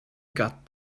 got